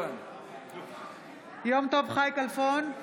יום טוב חי כלפון,